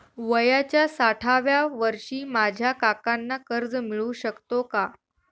वयाच्या साठाव्या वर्षी माझ्या काकांना कर्ज मिळू शकतो का?